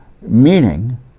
Meaning